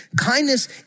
Kindness